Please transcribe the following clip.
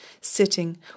sitting